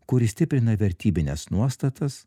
kuri stiprina vertybines nuostatas